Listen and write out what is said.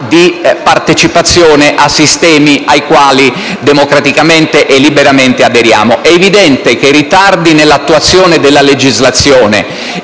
partecipazione a sistemi ai quali democraticamente e liberamente aderiamo. È evidente che ritardi nell'attuazione della legislazione,